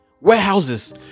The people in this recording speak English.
warehouses